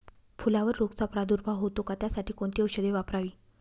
फुलावर रोगचा प्रादुर्भाव होतो का? त्यासाठी कोणती औषधे वापरावी?